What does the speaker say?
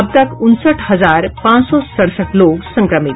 अब तक उनसठ हजार पांच सौ सेड़सठ लोग संक्रमित